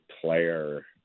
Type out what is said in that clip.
player